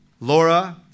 Laura